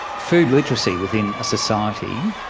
food literacy within a society,